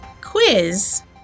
quiz